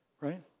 Right